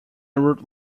wrote